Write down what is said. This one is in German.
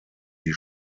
die